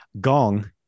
Gong